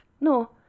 no